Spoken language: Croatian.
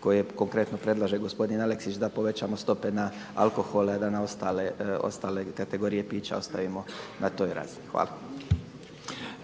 koje konkretno predlaže gospodin Aleksić da povećamo stope na alkohol, a da na ostale kategorije pića ostavimo na toj razini? Hvala.